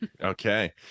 Okay